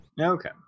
Okay